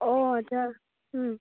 অঁ আচ্ছা